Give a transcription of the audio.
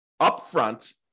upfront